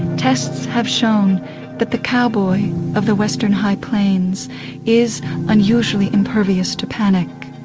tests have shown that the cowboy of the western high plains is unusually impervious to panic,